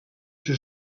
ser